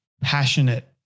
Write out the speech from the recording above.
passionate